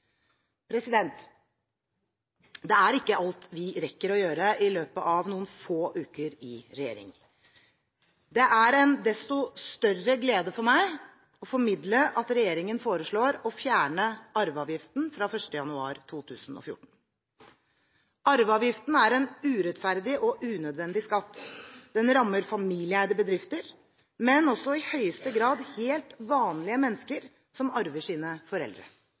Det er ikke alt vi rekker å gjøre i løpet av noen få uker i regjering. Det er en desto større glede for meg å formidle at regjeringen foreslår å fjerne arveavgiften fra 1. januar 2014. Arveavgiften er en urettferdig og unødvendig skatt. Den rammer familieeide bedrifter, men også i høyeste grad helt vanlige mennesker som arver sine foreldre.